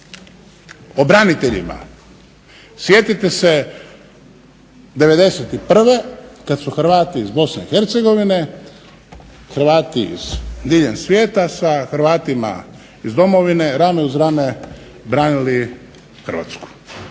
O braniteljima. Sjetite se '91. kad su Hrvati iz Bosne i Hercegovine, Hrvati diljem svijeta sa Hrvatima iz domovine rame uz rame branili Hrvatsku.